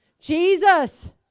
Jesus